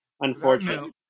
Unfortunately